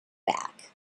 back